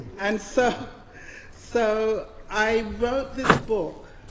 and so so i wrote this book